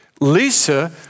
Lisa